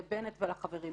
לבנט ולחברים שלהם.